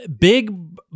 Big